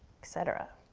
et cetera.